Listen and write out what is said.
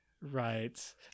right